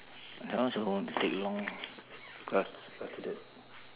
I want to go home take long class after that